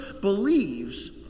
believes